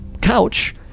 couch